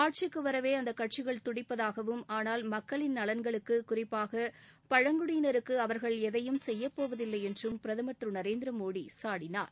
ஆட்சிக்கு வரவே அந்த கட்சிகள் துடிப்பதாகவும் ஆனால் மக்களின் நலன்களுக்கு குறிப்பாக பழங்குடியினருக்கு அவர்கள் எதையும் செய்யப்போவதில்லை என்றும் பிரதமர் திரு நநரேந்திரமோடி சாடினார்